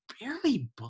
barely